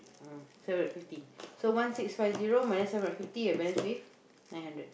mm so is fifty so one six five zero minus seven hundred and fifty you are left with nine hundred